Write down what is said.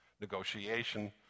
negotiation